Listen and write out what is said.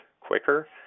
quicker